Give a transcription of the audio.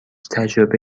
تجربه